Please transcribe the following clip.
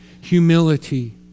humility